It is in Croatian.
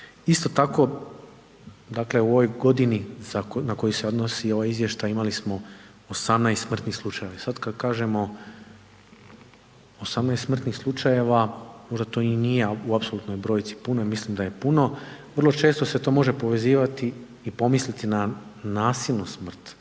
Isto tako u ovoj godini na koju se odnosi ovaj izvještaj imali smo 18 smrtnih slučajeva. Sada kada kažemo 18 smrtnih slučajeva, možda to i nije u apsolutnoj brojci puno, a mislim da je puno. Vrlo često se to može povezivati i pomisliti na nasilnu smrt